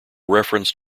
reference